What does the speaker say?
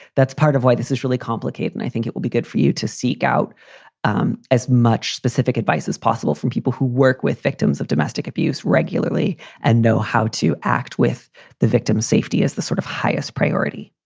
that's part of why this is really complicated. and i think it will be good for you to seek out um as much specific advice as possible from people who work with victims of domestic abuse regularly and know how to act with the victim's safety is the sort of highest priority.